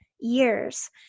years